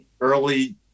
early